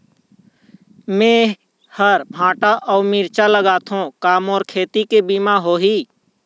मेहर भांटा अऊ मिरचा लगाथो का मोर खेती के बीमा होही?